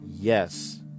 Yes